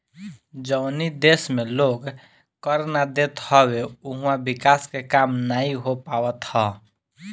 जवनी देस में लोग कर ना देत हवे उहवा विकास के काम नाइ हो पावत हअ